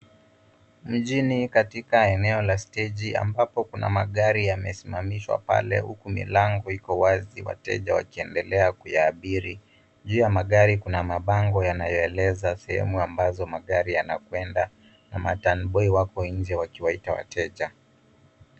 Mjini katika eneo la stage ambapo kuna magari yamesimamishwa pale huku milango iko wazi wateja wakiendelea kuyaabiri. Juu ya magari kuna mabango yanayoeleza sehemu ambazo magari yanakwenda na maturn boy wako nje wakiwaita wateja.